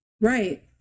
right